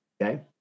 Okay